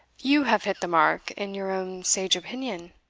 you have hit the mark in your own sage opinion?